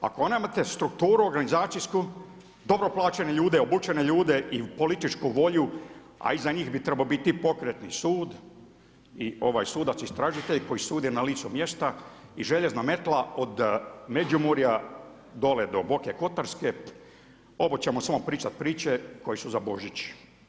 Ako nemate strukturu organizacijsku, dobro plaćene ljude, obučene ljude i političku volju a iza njih bi trebao biti pokretni sud i sudac istražitelj koji sudi na licu mjesta i željezna metla od Međimurja dole do Boke Kotarske, ovo ćemo samo pričati priče koje su za Božić.